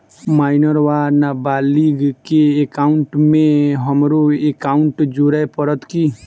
Minor वा नबालिग केँ एकाउंटमे हमरो एकाउन्ट जोड़य पड़त की?